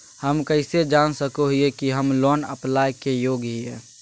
हम कइसे जान सको हियै कि हम लोन अप्लाई के योग्य हियै?